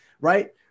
right